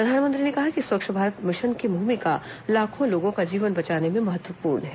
प्र धानमंत्री ने कहा कि स्वच्छ भारत मिशन की भूमिका लाखों लोगों का जीवन बचाने में महत्वपूर्ण है